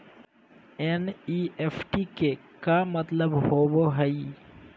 NEFT के का मतलव होव हई?